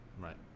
Right